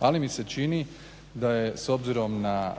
ali mi se čini da je s obzirom na